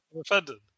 offended